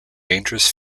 dangerous